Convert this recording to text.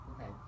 Okay